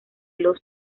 los